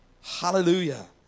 Hallelujah